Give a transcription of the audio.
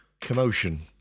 Commotion